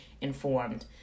informed